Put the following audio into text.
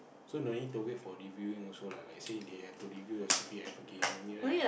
so no need to wait for reviewing also lah like say they have to review your c_p_f again no need right